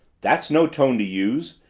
that's no tone to use!